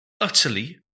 utterly